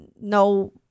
no